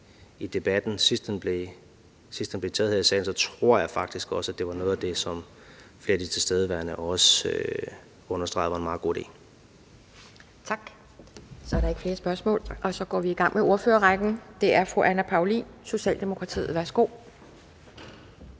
i debatten, sidst den blev taget her i salen, så tror jeg faktisk også, at det var noget af det, som flere af de tilstedeværende også understregede var en meget god idé. Kl. 10:52 Anden næstformand (Pia Kjærsgaard): Tak. Så er der ikke flere spørgsmål. Så går vi i gang med ordførerrækken, og det er fru Anne Paulin, Socialdemokratiet. Værsgo.